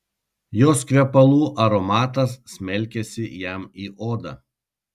jos kvepalų aromatas smelkėsi jam į odą